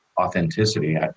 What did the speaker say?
authenticity